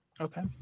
Okay